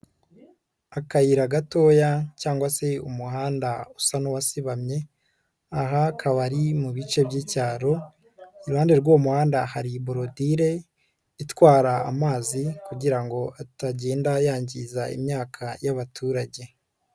akayira gatoya cyangwa se umuhanda usa n'uwasibamye, aha hakaba ari mu bice by'icyaro iruhande rw'umuhanda hari borodire itwara amazi kugira ngo atagenda yangiza imyaka y'abaturage.